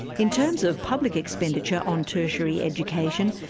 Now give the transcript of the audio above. in terms of public expenditure on tertiary education,